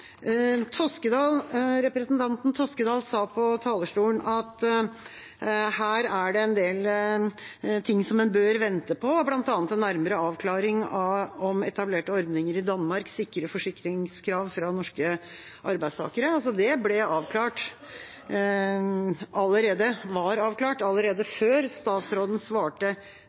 Representanten Toskedal sa fra talerstolen at det er en del ting som en bør vente på, bl.a. en nærmere avklaring av om etablerte ordninger i Danmark sikrer forsikringskrav fra norske arbeidstakere. Det var avklart allerede før statsråden svarte